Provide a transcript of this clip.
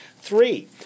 three